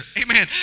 amen